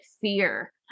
fear